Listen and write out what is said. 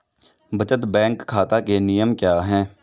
बचत बैंक खाता के नियम क्या हैं?